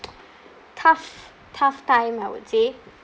tough tough time I would say